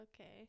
okay